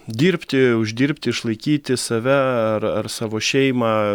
dirbti uždirbti išlaikyti save ar ar savo šeimą